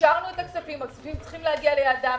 אישרנו את הכספים, הכספים צריכים להגיע ליעדם.